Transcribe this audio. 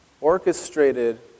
orchestrated